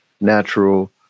natural